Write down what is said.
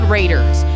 Raiders